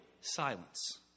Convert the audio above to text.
silence